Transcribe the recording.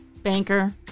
Banker